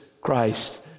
Christ